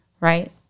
right